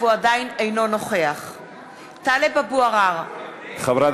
טלב אבו עראר,